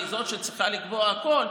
ושהיא זו שצריכה לקבוע הכול,